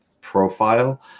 profile